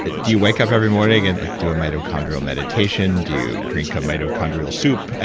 do you wake up every morning and like do a mitochondrial meditation? do you drink a mitochondrial soup?